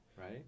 Right